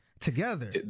together